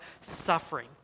suffering